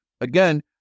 Again